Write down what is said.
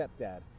stepdad